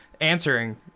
answering